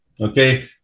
okay